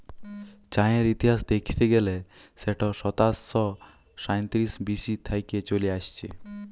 চাঁয়ের ইতিহাস দ্যাইখতে গ্যালে সেট সাতাশ শ সাঁইতিরিশ বি.সি থ্যাইকে চলে আইসছে